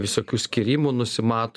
visokių skyrimų nusimato